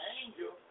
angel